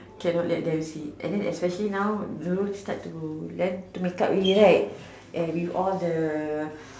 cannot let them see and then especially now Nurul start to learn to make up already right and with all the